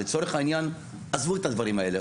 לצורך העניין עזבו את הדברים האלה.